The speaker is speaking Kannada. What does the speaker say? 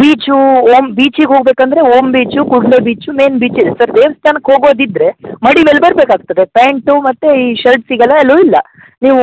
ಬೀಚು ಓಮ್ ಬೀಚಿಗೆ ಹೋಗಬೇಕಂದ್ರೆ Om beach Kudle beach main beach ದೇವಸ್ಥಾನಕ್ಕೆ ಹೋಗೋದಿದ್ದರೆ ಮಡಿಲಲ್ಲಿ ಬರಬೇಕಾಗುತ್ತೆ ಪ್ಯಾಂಟು ಮತ್ತೆ ಈ ಶರ್ಟ್ಸಿಗೆಲ್ಲ ಎಲೋ ಇಲ್ಲ ನೀವು